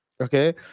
Okay